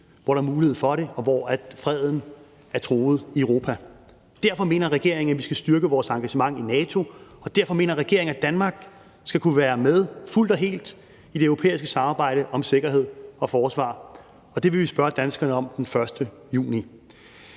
hvor der er mulighed for det, og hvor freden er truet i Europa. Derfor mener regeringen, at vi skal styrke vores engagement i NATO, og derfor mener regeringen, at Danmark skal kunne være med fuldt og helt i det europæiske samarbejde om sikkerhed og forsvar, og det vil vi spørge danskerne om den 1. juni.